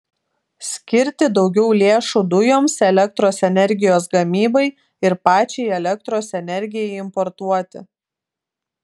skirti daugiau lėšų dujoms elektros energijos gamybai ir pačiai elektros energijai importuoti